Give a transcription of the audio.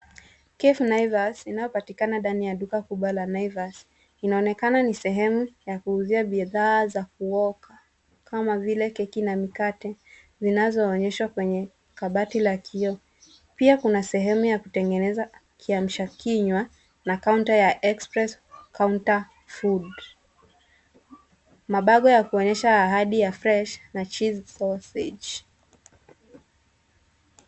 Cafe naivas , inayopatikana ndani ya duka kubwa la Naivas . Inaonekana ni sehemu ya kuuzia bidhaa za kuoka, kama vile keki na mikate, zinazo onyeshwa kwenye kabati la kioo. Pia kuna sehemu ya kutengeneza kiamsha kinywa na counter ya express counter food . Mabango ya kuonyesha ahadi ya fresh, na chilli sausage .